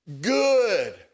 good